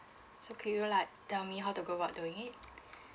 so can you like tell me how to go about doing it